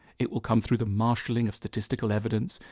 it will come through the marshalling of statistical evidence,